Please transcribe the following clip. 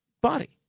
body